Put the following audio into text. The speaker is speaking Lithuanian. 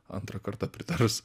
antrą kartą pritars